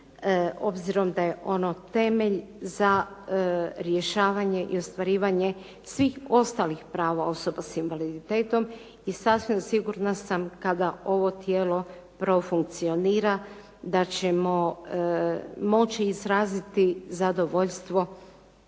obzirom da je ono temelj za rješavanje i ostvarivanje svih ostalih prava osoba s invaliditetom i sasvim sigurna sam kada ovo tijelo profunkcionira da ćemo moći izraziti zadovoljstvo